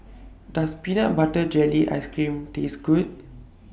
Does Peanut Butter Jelly Ice Cream Taste Good